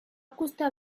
costar